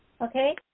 okay